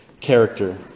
character